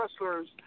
wrestlers